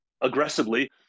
aggressively